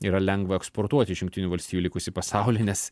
yra lengva eksportuoti iš jungtinių valstijų į likusį pasaulį nes